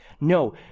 no